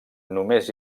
només